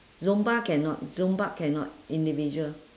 zumba cannot zumba cannot individual